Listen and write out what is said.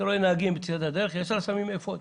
רואים נהגים בצד הדרך ישר שמים אפוד.